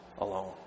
alone